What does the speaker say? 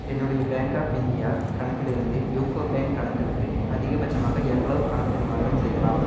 என்னுடைய bank of India கணக்கிலிருந்து UCO bank கணக்குக்கு அதிகபட்சமாக எவ்வளவு பணப் பரிமாற்றம் செய்யலாம்